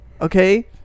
okay